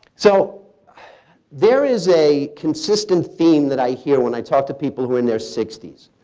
so there is a consistent theme that i hear when i talk to people who are in their sixties.